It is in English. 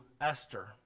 Esther